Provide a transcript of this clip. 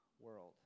world